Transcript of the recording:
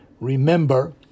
remember